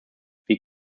wie